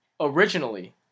Originally